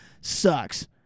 sucks